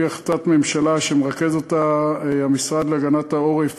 לפי החלטת ממשלה, שמרכז אותה המשרד להגנת העורף,